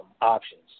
options